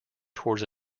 towards